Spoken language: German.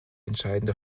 entscheidende